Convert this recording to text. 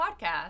podcast